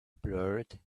blurred